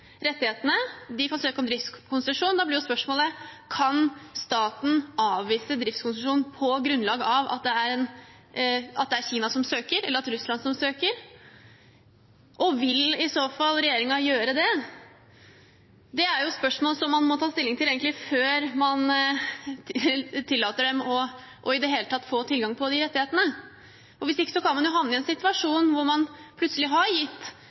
rettighetene, og at de kan søke om driftskonsesjon. Da blir jo spørsmålet: Kan staten avvise driftskonsesjon på grunnlag av at det er Kina som søker, eller at det er Russland som søker, og vil regjeringen i så fall gjøre det? Det er jo spørsmål man egentlig må ta stilling til før man tillater dem i det hele tatt å få tilgang til rettighetene. Hvis ikke kan man jo havne i en situasjon hvor man plutselig har gitt